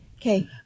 Okay